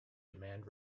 demand